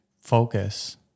focus